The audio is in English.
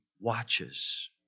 watches